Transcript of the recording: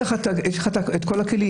יש לך את כל הכלים.